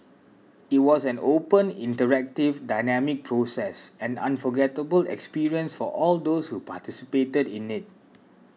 it was an open interactive dynamic process an unforgettable experience for all those who participated in it